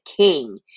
king